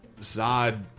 Zod